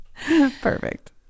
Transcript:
Perfect